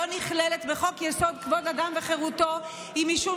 לא נכללת בחוק-יסוד: כבוד אדם וחירותו היא משום